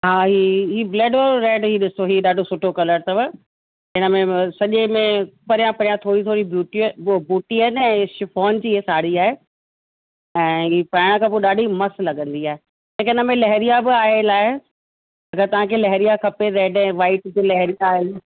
हा हीउ हीउ हीउ ब्लड वारो रैड हीउ ॾिसो हीउ ॾाढो सुठो कलर अथव हिन में मतिलबु सॼे में परियां परियां थोरी थोरी ब्यूटी बू बूटी आहिनि ऐं शिफॉन जी हीअ साड़ी आहे ऐं हीअ पाइण खां पोइ ॾाढी मस्त लॻंदी आहे हिकु हिन में लेहरिया बि आयल आहे अगरि तव्हांखे लेहरिया खपे रैड ऐं वाइट ते लेहरिया आहे